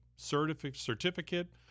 certificate